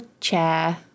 chair